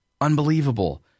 Unbelievable